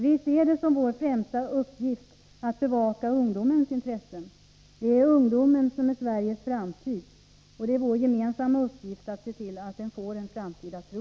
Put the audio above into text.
Vi ser det som vår främsta uppgift att bevaka ungdomens intressen. Det är ungdomen som är Sveriges framtid. Det är vår gemensamma uppgift att se till att ungdomen får en framtid att tro